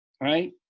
right